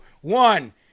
one